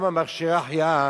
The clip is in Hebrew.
גם מכשירי ההחייאה